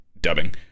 dubbing